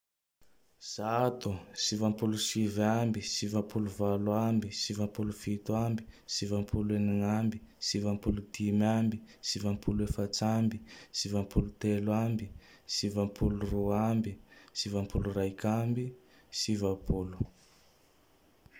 Zato, sivampolo sivy ambe, sivapolo valo ambe, sivapolo fito ambe, sivampolo enin' ambe, sivampolo dimy ambe, sivampolo efatsy ambe, sivampolo telo ambe, sivampolo roa ambe, sivampolo raike ambe, sivapolo.